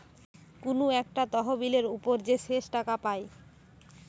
কুনু একটা তহবিলের উপর যে শেষ টাকা পায়